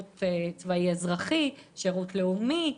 לאומי,